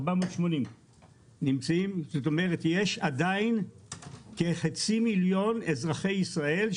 שזה אומר שיש כחצי מיליון אזרחי ישראל,